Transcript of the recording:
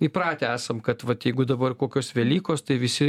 įpratę esam kad vat jeigu dabar kokios velykos tai visi